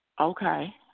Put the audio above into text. Okay